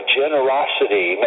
generosity